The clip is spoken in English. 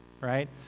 right